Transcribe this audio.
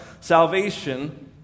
salvation